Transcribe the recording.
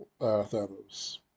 Thanos